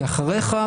כי אחריך,